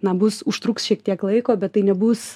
na bus užtruks šiek tiek laiko bet tai nebus